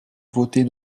voter